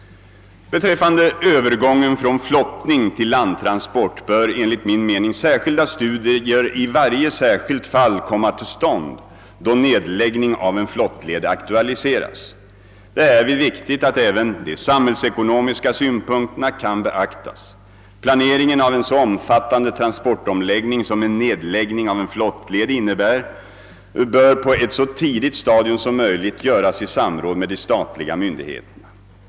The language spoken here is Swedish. Beträffande övergången från flottning till landtransport bör enligt min mening särskilda studier i varje särskilt fall komma till stånd då nedläggning av en flottled aktualiseras. Det är härvid viktigt att även de samhällsekonomiska synpunkterna kan beaktas. Planeringen av en så omfattande transportomläggning, som en nedläggning av en flottled innebär, bör på ett så tidigt stadium som möjligt göras i samråd med de statliga myndigheterna.